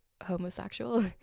homosexual